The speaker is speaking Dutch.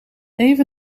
even